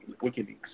WikiLeaks